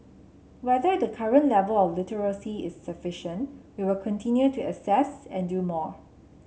whether the current level of literacy is sufficient we will continue to assess and do more